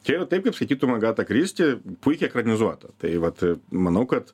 čia yra taip kaip skaitytum agatą kristi puikiai ekranizuota tai vat manau kad